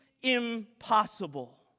impossible